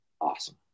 awesome